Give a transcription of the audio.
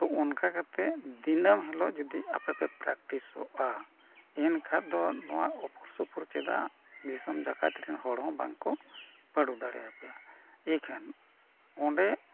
ᱛᱚ ᱚᱱᱠᱟ ᱠᱟᱛᱮᱫ ᱫᱤᱱᱟᱹᱢ ᱦᱤᱞᱳᱜ ᱡᱩᱫᱤ ᱟᱯᱮ ᱯᱮ ᱯᱨᱮᱠᱴᱤᱥᱚᱜᱼᱟ ᱮᱱ ᱠᱷᱟᱱ ᱫᱚ ᱱᱚᱣᱟ ᱥᱩᱨ ᱥᱩᱯᱩᱨ ᱪᱮᱫᱟᱜ ᱫᱤᱥᱚᱢ ᱡᱟᱠᱟᱛ ᱨᱮᱱ ᱦᱚᱲ ᱦᱚᱸ ᱵᱟᱝ ᱠᱚ ᱯᱟᱸᱰᱩ ᱫᱟᱲᱮᱭᱟᱯᱮᱭᱟ ᱤᱠᱷᱟᱹᱱ ᱚᱸᱰᱮ